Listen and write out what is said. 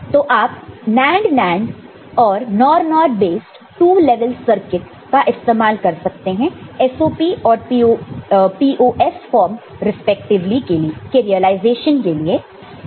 तो आप NAND NAND और NOR NOR based two level circuit का इस्तेमाल कर सकते हैं SOP और POS फॉर्म रिस्पेक्टिवली के रिलाइजेशन के लिए